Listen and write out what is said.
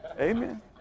Amen